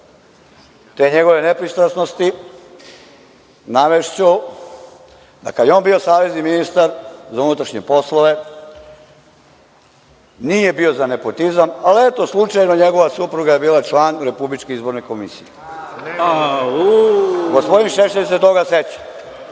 te njegove nepristrasnosti, navešću da kada je on bio savezni ministar za unutrašnje poslove nije bio za nepotizam, ali eto slučajno njegova supruga je bila član Republičke izborne komisije. Gospodin Šešelj se toga seća.